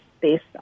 based